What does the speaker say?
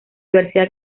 universidad